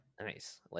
Nice